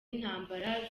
intambara